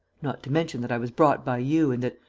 not to mention that i was brought by you and that,